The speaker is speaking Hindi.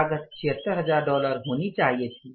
लागत 76000 डॉलर होनी चाहिए थी